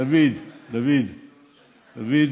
דוד, דוד, דוד,